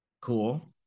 Cool